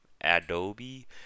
Adobe